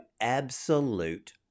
absolute